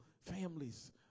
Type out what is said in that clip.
families